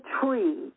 tree